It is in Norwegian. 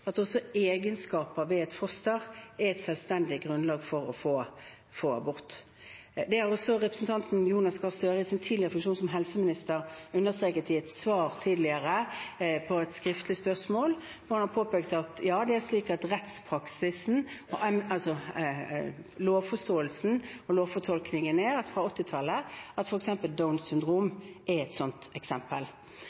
at egenskaper ved fosteret er et selvstendig grunnlag for å få abort. Det har også representanten Jonas Gahr Støre tidligere – i sin funksjon som helseminister – understreket i et svar på et skriftlig spørsmål. Der påpekte han at lovforståelsen og lovfortolkningen fra 1980-tallet er slik at f.eks. Downs syndrom er et slikt eksempel. Det er